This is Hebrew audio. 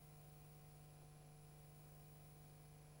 19:52.)